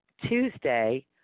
Tuesday